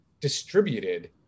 distributed